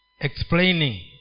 explaining